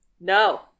No